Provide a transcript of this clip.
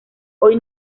hoy